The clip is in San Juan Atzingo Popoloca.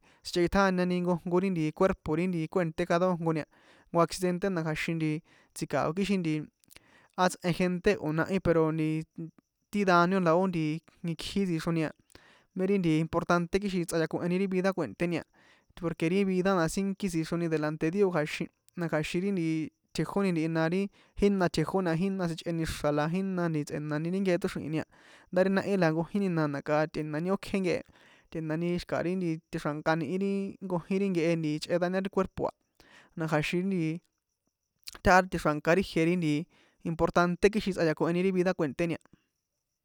Kja̱xin sinchekꞌitjáñani nkojnko ri cuerpo kue̱nté cada nkojnko ni a jnko accidente na kja̱xin nti tsjikao ixi nti á tsꞌen gente o̱ nahí pero nti ti daño la ó nti ikjí tsixroni a mé ri nti importante kixin tsꞌayakoheni ri vida kue̱nténi porque ri vida na sínkí tsixroni delante dio kja̱xin na kja̱xin ri nti tjejóni ntihi na ri jína tjejóni na jína sichꞌeni xra̱ la jína tsꞌenani ti nkehe tóxríhi̱ni a nda ri nahi la nkojini na na̱ka tꞌe̱nani ókje nkehe tꞌe̱nani xikaha ri nti tjexra̱nka ni̱hi ri nkojin ri nkehe nti chꞌe dañar ti cuerpo a na kja̱xin nti táha tjexra̱nka ri jie ri nti importante kixin tsꞌayakoheni ri vida kue̱nteni.